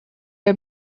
are